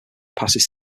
passes